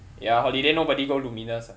ya holiday nobody go lumiNUS ah